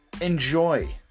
Enjoy